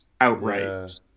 outright